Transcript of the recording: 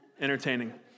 entertaining